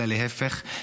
אלא להפך.